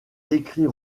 écrit